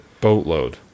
boatload